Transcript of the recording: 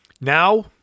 now